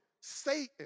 Satan